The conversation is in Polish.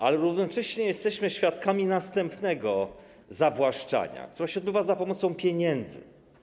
Ale równocześnie jesteśmy świadkami następnego zawłaszczania, które się odbywa za pomocą pieniędzy.